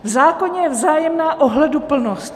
V zákoně je vzájemná ohleduplnost.